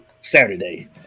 Saturday